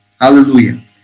Hallelujah